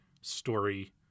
story